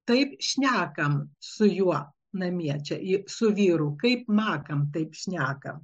taip šnekam su juo namie čia ji su vyru kaip makam taip šnekam